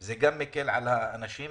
זה יקל עליהם.